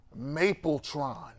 Mapletron